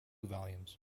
volumes